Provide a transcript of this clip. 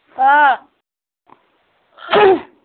ক